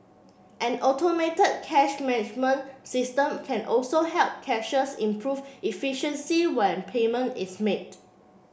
an automated cash management system can also help cashiers improve efficiency when payment is made